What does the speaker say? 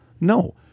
No